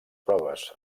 proves